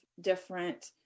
different